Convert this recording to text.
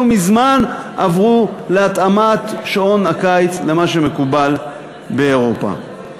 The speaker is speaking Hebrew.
מזמן עברו להתאמת שעון הקיץ למה שמקובל באירופה.